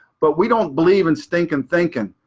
but we don't believe in stinking thinking.